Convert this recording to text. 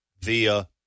via